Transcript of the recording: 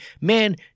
Man